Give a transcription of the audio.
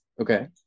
Okay